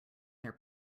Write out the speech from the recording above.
their